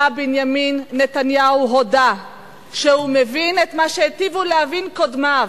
בנימין נתניהו הודה שהוא מבין את מה שהיטיבו להבין קודמיו,